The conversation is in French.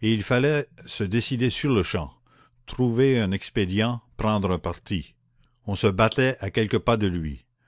et il fallait se décider sur-le-champ trouver un expédient prendre un parti on se battait à quelques pas de lui